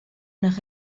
nach